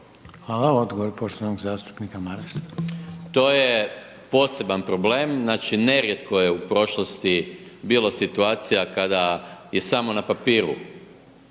Hvala. Odgovor poštovanog zastupnika Marasa. **Maras, Gordan (SDP)** To je poseban problem. Znači nerijetko je u prošlosti bilo situacija kada je samo na papiru